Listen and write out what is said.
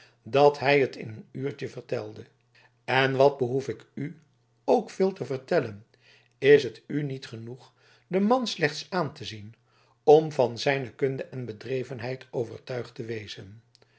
dat hij het in een uurtje vertelde en wat behoef ik u ook veel te vertellen is het u niet genoeg den man slechts aan te zien om van zijn kunde en bedrevenheid overtuigd te wezen